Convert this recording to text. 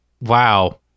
wow